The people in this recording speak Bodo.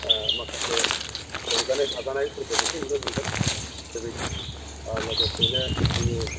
माखासे रंजानाय बाजानायफोरखौबो नुनो मोनगोन बेबायदि लोगोसेयैनो जोंनि